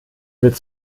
wird